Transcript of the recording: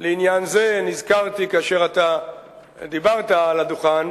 לעניין זה, נזכרתי כאשר אתה דיברת על הדוכן